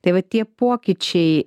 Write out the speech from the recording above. tai va tie pokyčiai